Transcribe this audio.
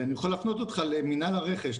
אני יכול להפנות אותך למינהל הרכש,